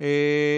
אין.